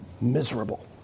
miserable